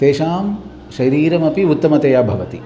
तेषां शरीरमपि उत्तमतया भवति